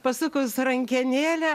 pasukus rankenėlę